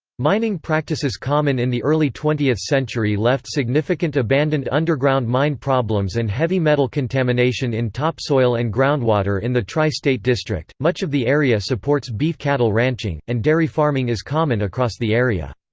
mining practices common in the early twentieth century left significant abandoned underground mine problems and heavy metal contamination in topsoil and groundwater in the tri-state district much of the area supports beef cattle ranching, and dairy farming is common across the area.